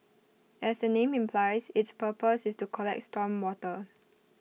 as the name implies its purpose is to collect storm water